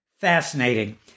Fascinating